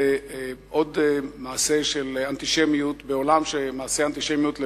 זה עוד מעשה של אנטישמיות בעולם שמעשי האנטישמיות,